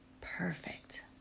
Perfect